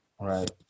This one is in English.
Right